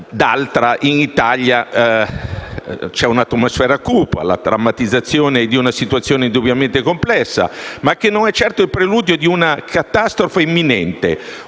al rogo. In Italia c'è un'atmosfera cupa, la drammatizzazione di una situazione indubbiamente complessa, ma che non è certo il preludio di una catastrofe imminente.